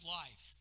life